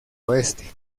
oeste